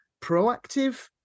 proactive